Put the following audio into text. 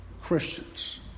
Christians